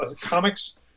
Comics